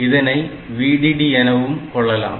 இதனை VDD எனவும் எடுத்துக்கொள்ளலாம்